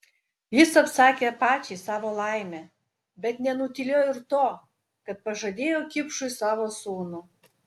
jis apsakė pačiai savo laimę bet nenutylėjo ir to kad pažadėjo kipšui savo sūnų